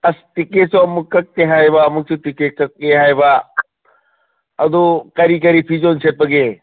ꯑꯁ ꯇꯤꯀꯦꯠꯁꯨ ꯑꯃꯨꯛ ꯀꯛꯀꯦ ꯍꯥꯏꯕ ꯑꯃꯨꯛꯁꯨ ꯇꯤꯀꯦꯠ ꯀꯛꯀꯦ ꯍꯥꯏꯕ ꯑꯗꯨ ꯀꯔꯤ ꯀꯔꯤ ꯐꯤꯖꯣꯟ ꯁꯦꯠꯄꯒꯦ